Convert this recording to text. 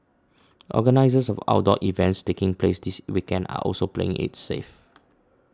organisers of outdoor events taking place this weekend are also playing it safe